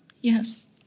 Yes